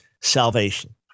salvation